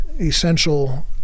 essential